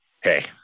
Hey